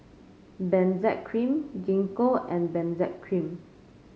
Benzac Cream Gingko and Benzac Cream